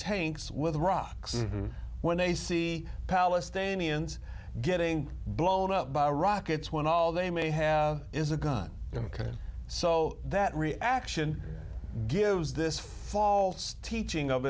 tanks with rocks when they see palestinians getting blown up by rockets when all they may have is a gun so that reaction gives this false teaching of